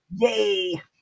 Yay